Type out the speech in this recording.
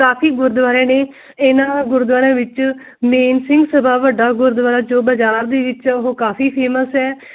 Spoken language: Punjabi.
ਕਾਫੀ ਗੁਰਦੁਆਰੇ ਨੇ ਇਹਨਾਂ ਗੁਰਦੁਆਰਿਆਂ ਵਿੱਚ ਮੇਨ ਸਿੰਘ ਸਭਾ ਵੱਡਾ ਗੁਰਦੁਆਰਾ ਜੋ ਬਾਜ਼ਾਰ ਦੇ ਵਿੱਚ ਉਹ ਕਾਫੀ ਫੇਮਸ ਹੈ